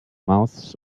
mouths